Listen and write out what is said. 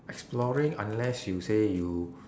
exploring unless you say you